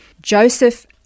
Joseph